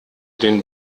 den